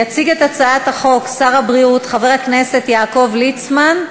יציג את הצעת החוק שר הבריאות חבר הכנסת יעקב ליצמן.